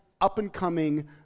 up-and-coming